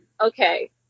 Okay